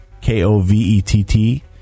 K-O-V-E-T-T